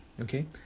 okay